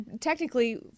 technically